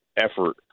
effort